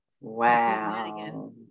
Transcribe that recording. Wow